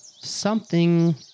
something-